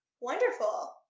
Wonderful